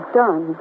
done